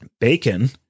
Bacon